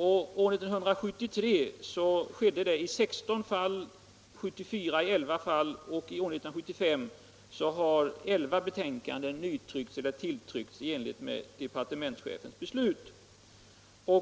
År 1973 skedde det i 16 fall, år 1974 i 11 fall och år 1975 har 11 betänkanden tilltryckts i enlighet med departementschefens beslut.